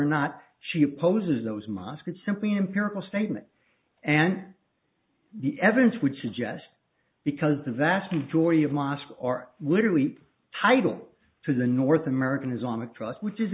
or not she opposes those mosque it's simply empirical statement and the evidence would suggest because the vast majority of lost are literally title to the north american islamic trust which is